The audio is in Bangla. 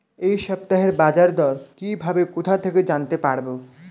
এই সপ্তাহের বাজারদর কিভাবে কোথা থেকে জানতে পারবো?